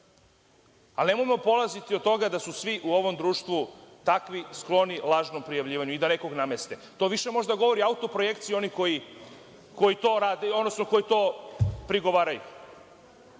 Nemojmo polaziti od toga da su svi u ovom društvu takvi i skloni lažnom prijavljivanju i da nekoga nameste. To možda više govori autoprojekcija onih koji to prigovaraju. Ne